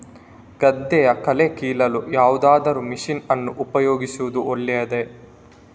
ಗದ್ದೆಯ ಕಳೆ ಕೀಳಲು ಯಾವುದಾದರೂ ಮಷೀನ್ ಅನ್ನು ಉಪಯೋಗಿಸುವುದು ಒಳ್ಳೆಯದೇ?